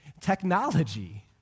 technology